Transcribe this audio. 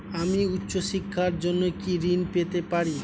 আমি উচ্চশিক্ষার জন্য কি ঋণ পেতে পারি?